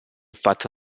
fatto